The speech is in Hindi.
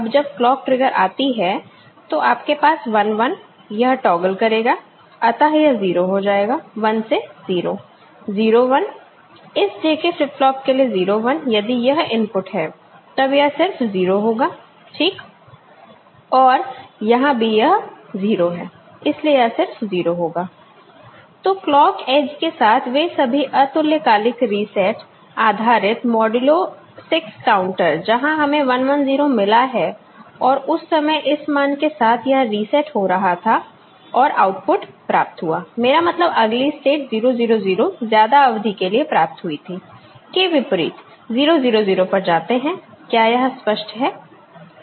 अब जब क्लॉक ट्रिगर आती हैतो आपके पास 11 यह टॉगल करेगा अतः यह 0 हो जाएगा 1 से 0 0 1 इस J K फ्लिप फ्लॉप के लिए 0 1यदि यह इनपुट है तब यह सिर्फ 0 होगा ठीक और यहां भी यह 0 है इसलिए यह सिर्फ 0 होगा तो क्लॉक एज के साथ वे सभी अतुल्यकालिक रीसेट आधारित मॉड्यूलो 6 काउंटर जहां हमें 1 1 0 मिला है और उस समय इस मान के साथ यह रीसेट हो रहा था और आउटपुट प्राप्त हुआ मेरा मतलब अगली स्टेट 0 0 0 ज्यादा अवधि के लिए प्राप्त हुई थी के विपरीत 0 0 0 पर जाते हैं क्या यह स्पष्ट है